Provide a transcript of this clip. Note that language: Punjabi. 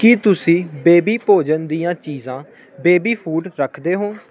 ਕੀ ਤੁਸੀਂ ਬੇਬੀ ਭੋਜਨ ਦੀਆਂ ਚੀਜ਼ਾਂ ਬੇਬੀ ਫੂਡ ਰੱਖਦੇ ਹੋ